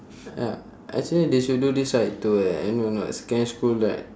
ya actually they should do this right to like I don't know know secondary school like